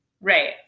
right